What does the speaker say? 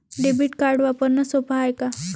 Debit card वापरणं सोप हाय का?